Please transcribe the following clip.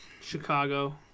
Chicago